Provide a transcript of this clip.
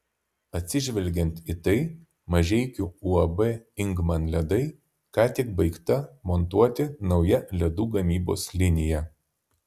atsižvelgiant į tai mažeikių uab ingman ledai ką tik baigta montuoti nauja ledų gamybos linija